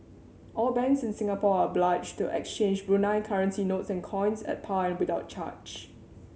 all banks in Singapore are obliged to exchange Brunei currency notes and coins at par and without charge